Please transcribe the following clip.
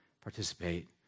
participate